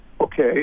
okay